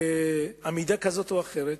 בעמידה כזאת או אחרת,